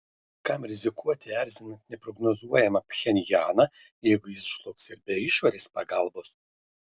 kam rizikuoti erzinant neprognozuojamą pchenjaną jeigu jis žlugs ir be išorės pagalbos